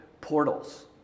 portals